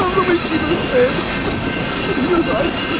um the wicket-keeper's head but he was out